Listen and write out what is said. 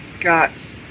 got